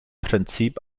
prinzip